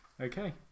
Okay